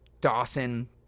Dawson